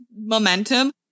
momentum